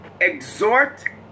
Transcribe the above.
exhort